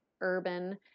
urban